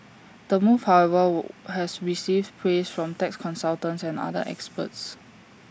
the move however has received praise from tax consultants and other experts